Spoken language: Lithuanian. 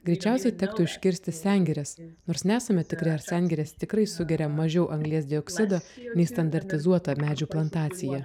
greičiausiai tektų iškirsti sengirės nors nesame tikri ar sengirės tikrai sugeria mažiau anglies dioksido nei standartizuota medžių plantacija